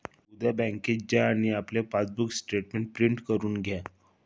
उद्या बँकेत जा आणि आपले पासबुक स्टेटमेंट प्रिंट करून घ्या